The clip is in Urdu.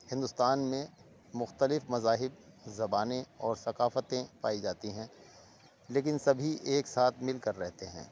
ہندوستان میں مختلف مذاہب زبانیں اور ثقافتیں پائی جاتی ہیں لیکن سبھی ایک ساتھ مل کر رہتے ہیں